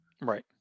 Right